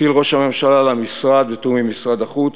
הטיל ראש הממשלה על המשרד, בתיאום עם משרד החוץ,